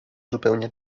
zupełnie